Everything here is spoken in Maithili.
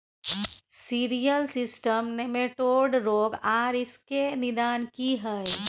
सिरियल सिस्टम निमेटोड रोग आर इसके निदान की हय?